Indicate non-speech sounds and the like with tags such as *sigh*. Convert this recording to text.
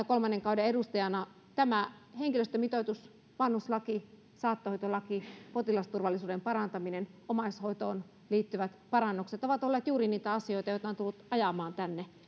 *unintelligible* kolmannen kauden edustajana että tämä henkilöstömitoitus vanhuslaki saattohoitolaki potilasturvallisuuden parantaminen omaishoitoon liittyvät parannukset ovat olleet juuri niitä asioita joita olen tullut ajamaan tänne